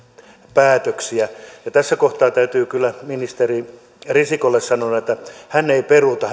päätöksiä tässä kohtaa täytyy kyllä ministeri risikolle sanoa että hän ei peruuta